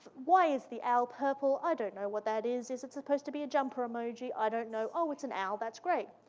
why is the owl purple? i don't know what that is. is it supposed to be a jumper emoji, i don't know. oh, it's an owl. that's great.